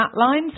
flatlines